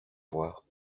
voir